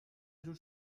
جور